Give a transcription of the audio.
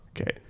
Okay